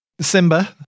Simba